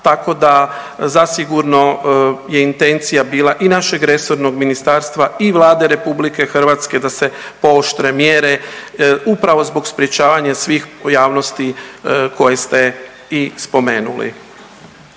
tako da zasigurno je intencija bila i našeg resornog ministarstva i Vlade RH da se pooštre mjere upravo zbog sprječavanja svih u javnosti koje ste i spomenuli.